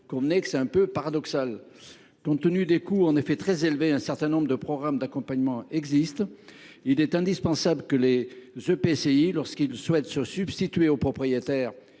Convenez que c’est quelque peu paradoxal… Compte tenu de coûts très élevés, un certain nombre de programmes d’accompagnement ont été mis en place. Il est indispensable que les EPCI, lorsqu’ils souhaitent se substituer aux propriétaires